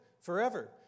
forever